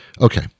Okay